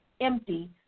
empty